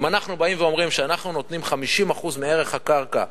אם אנחנו באים ואומרים שאנחנו נותנים 50% מערך הקרקע,